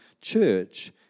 Church